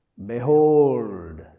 Behold